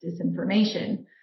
disinformation